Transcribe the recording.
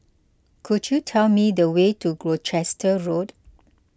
could you tell me the way to Gloucester Road